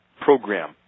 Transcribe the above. program